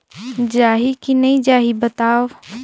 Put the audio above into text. जाही की नइ जाही बताव?